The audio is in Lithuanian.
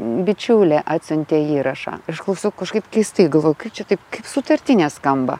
bičiulė atsiuntė įrašą išklausiau kažkaip keistai galvojau kad šitaip sutartinė skamba